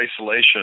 isolation